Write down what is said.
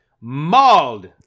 mauled